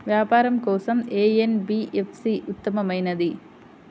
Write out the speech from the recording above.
వ్యాపారం కోసం ఏ ఎన్.బీ.ఎఫ్.సి ఉత్తమమైనది?